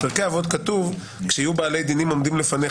בפרקי אבות כתוב "כשיהיו בעלי דינים עומדים לפניך,